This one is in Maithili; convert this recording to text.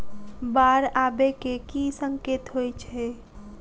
बाढ़ आबै केँ की संकेत होइ छै?